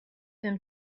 him